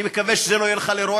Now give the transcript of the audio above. אני מקווה שזה לא יהיה לך לרועץ,